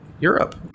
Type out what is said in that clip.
Europe